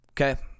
okay